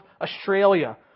Australia